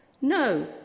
No